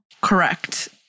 Correct